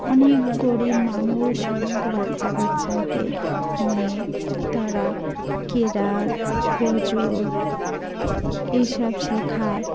অনেক গরিব মানুষ অনেক বাচ্চা কাচ্চাকে নিয়ে তারা কেরাত গজল এইসব শেখায়